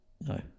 No